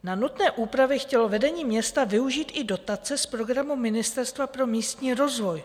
Na nutné úpravy chtělo vedení města využít i dotace z programu Ministerstva pro místní rozvoj.